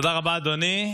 תודה רבה, אדוני.